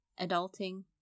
adulting